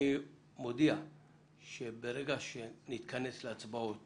אני מודיע שברגע שנתכנס להצבעות